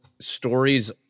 stories